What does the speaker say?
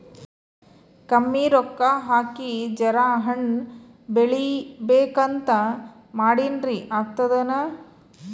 ಕಮ್ಮಿ ರೊಕ್ಕ ಹಾಕಿ ಜರಾ ಹಣ್ ಬೆಳಿಬೇಕಂತ ಮಾಡಿನ್ರಿ, ಆಗ್ತದೇನ?